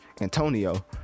Antonio